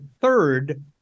third